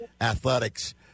athletics